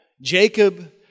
Jacob